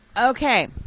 Okay